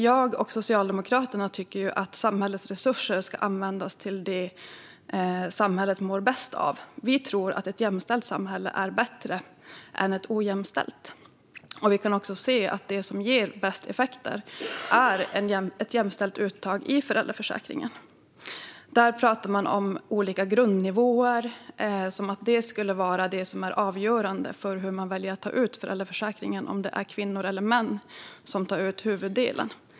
Jag och Socialdemokraterna tycker att samhällets resurser ska användas till det samhället mår bäst av. Vi tror att ett jämställt samhälle är bättre än ett ojämställt. Vi kan också se att det som ger bäst effekt är ett jämställt uttag i föräldraförsäkringen. Man talar om olika grundnivåer som att detta skulle vara det som är avgörande för hur människor väljer att ta ut föräldraförsäkringen - för om det är kvinnor eller män som tar ut huvuddelen.